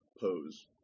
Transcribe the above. pose